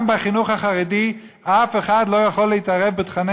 גם בחינוך החרדי אף אחד לא יכול להתערב בתוכני